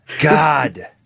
god